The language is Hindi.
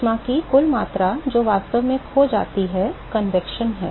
ऊष्मा की कुल मात्रा जो वास्तव में खो जाती है संवहन है